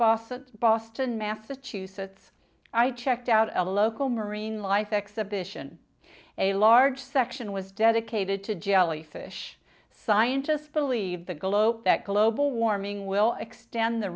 at boston massachusetts i checked out a local marine life exhibition a large section was dedicated to jellyfish scientists believe the globe that global warming will extend the